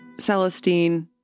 Celestine